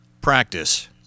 practice